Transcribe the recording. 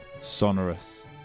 Sonorous